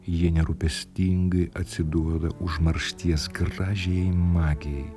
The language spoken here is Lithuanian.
jie nerūpestingai atsiduoda užmaršties gražiajai magijai